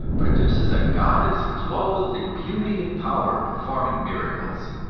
produces a goddess clothed in beauty and power, performing miracles.